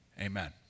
Amen